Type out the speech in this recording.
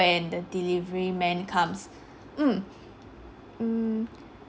~n the delivery man comes mm mm